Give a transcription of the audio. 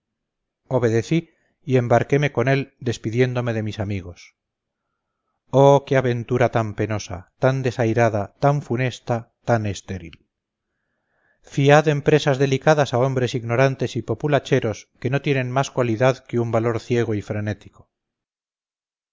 expedición obedecí y embarqueme con él despidiéndome de mis amigos oh qué aventura tan penosa tan desairada tan funesta tan estéril fiad empresas delicadas a hombres ignorantes y populacheros que no tienen más cualidad que un valor ciego y frenético